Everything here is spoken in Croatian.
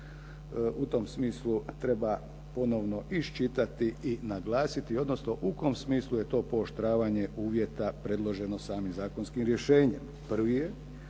u tom smisli treba ponovno iščitati i naglasiti, odnosno u kom smislu je to pooštravanje uvjeta predloženo samim zakonskim rješenjem.